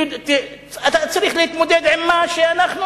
אתה צריך להתמודד עם מה שאנחנו אומרים,